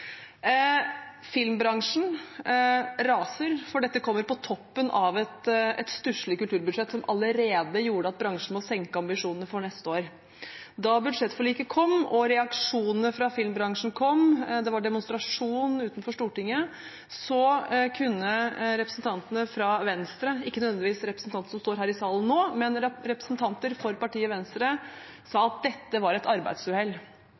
Filmbransjen raser, for dette kommer på toppen av et stusslig kulturbudsjett, som allerede gjorde at bransjen må senke ambisjonene for neste år. Da budsjettforliket kom, og reaksjonene fra filmbransjen kom – det var demonstrasjon utenfor Stortinget – sa representantene fra Venstre, ikke nødvendigvis representanten som står her i salen nå, men representanter for partiet Venstre, at dette var et arbeidsuhell.